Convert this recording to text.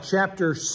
chapter